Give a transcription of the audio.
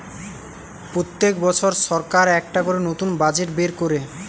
পোত্তেক বছর সরকার একটা করে নতুন বাজেট বের কোরে